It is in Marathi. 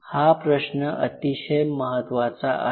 हा प्रश्न अतिशय महत्त्वाचा आहे